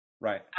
Right